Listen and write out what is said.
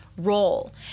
Role